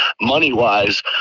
money-wise